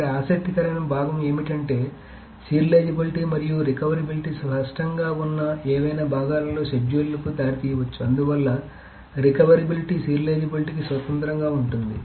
ఇక్కడ ఆసక్తికరమైన భాగం ఏమిటంటే సీరియలైజేబిలిటీ మరియు రికవరబిలిటీ స్పష్టం గా ఉన్న ఏవైనా భాగాలలో షెడ్యూల్లు కు దారి తీయవచ్చు అందువల్ల రికవరబిలిటీ సీరియలైజేబిలిటీకి స్వతంత్రంగా ఉంటుంది